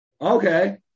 okay